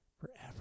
forever